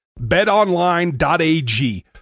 BetOnline.ag